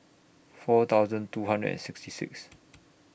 four thousand two hundred and sixty six